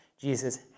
Jesus